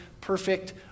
perfect